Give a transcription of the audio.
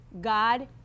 God